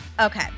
Okay